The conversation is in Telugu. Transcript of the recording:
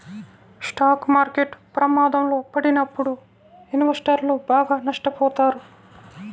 స్టాక్ మార్కెట్ ప్రమాదంలో పడినప్పుడు ఇన్వెస్టర్లు బాగా నష్టపోతారు